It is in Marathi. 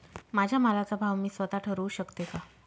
माझ्या मालाचा भाव मी स्वत: ठरवू शकते का?